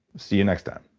see you next time.